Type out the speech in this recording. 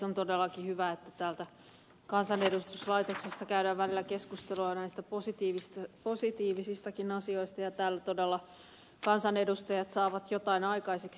on todellakin hyvä että täällä kansanedustuslaitoksessa käydään välillä keskustelua näistä positiivisistakin asioista ja täällä todella kansanedustajat saavat jotain aikaiseksi